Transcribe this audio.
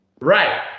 Right